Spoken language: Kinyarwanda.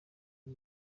iri